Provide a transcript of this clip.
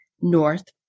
north